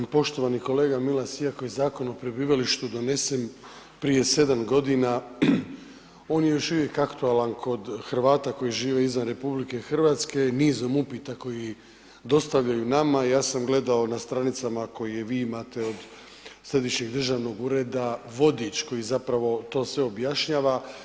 Poštovani kolega Milas iako je iako je Zakon o prebivalištu donesen prije sedam godina on je još uvijek aktualan kod Hrvata koji žive izvan RH i nizom upita koji dostavljaju nama, ja sam gledao na stranicama koje vi imate od središnjeg državnog ureda vodič koji to sve objašnjava.